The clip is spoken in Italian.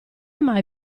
mai